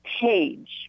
page